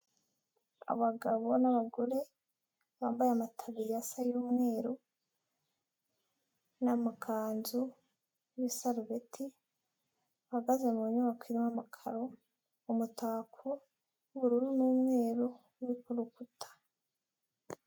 Abagabo n'abagore bambaye amataburiya asa y'umweru n'amakanzu y'isarubeti, bahagaze mu nyubako irimo amakaro, umutako w'ubururu n'umweru uri ku rukuta.